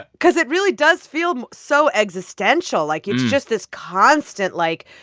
because it really does feel so existential. like, it's just this constant, like,